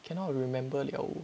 cannot remember liao